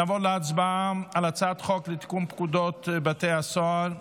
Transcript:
נעבור להצבעה על הצעת חוק לתיקון פקודת בתי הסוהר (מס'